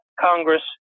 Congress